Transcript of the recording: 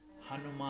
Hanuman